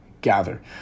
gather